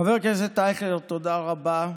חבר הכנסת אייכלר, תודה רבה.